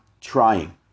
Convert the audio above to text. trying